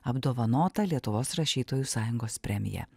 apdovanota lietuvos rašytojų sąjungos premija